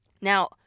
Now